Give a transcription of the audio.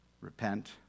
repent